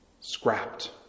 scrapped